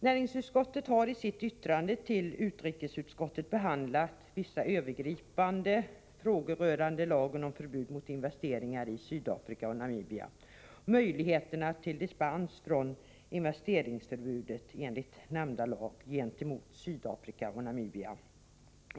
Näringsutskottet har i sitt yttrande till utrikesutskottet behandlat vissa övergripande frågor rörande lagen om förbud mot investeringar i Sydafrika och Namibia samt möjligheterna till dispens från investeringsförbud enligt den nämnda lagen gentemot Sydafrika och Namibia.